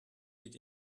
get